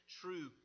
true